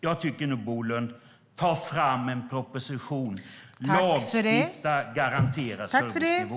Jag tycker nog, Bolund: Ta fram en proposition! Lagstifta om garanterad servicenivå!